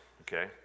okay